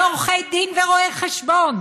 ועורכי דין ורואי חשבון.